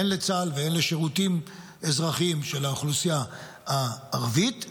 הן לצה"ל והן לשירותים אזרחיים של האוכלוסייה הערבית.